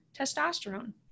testosterone